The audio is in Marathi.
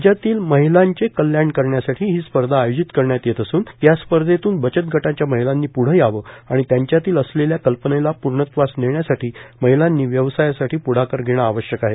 राज्यातील महिलांचे कल्याण करण्यासाठी ही स्पर्धा आयोजित करण्यात येत असून या स्पर्धतून बचत गटांच्या महिलांनी पुढ यावं आणि त्यांच्यातील असलेल्या कल्पनेला पूर्णत्वास नेण्यासाठी महिलांनी व्यवसायासाठी प्ढाकार धेण आवश्यक आहे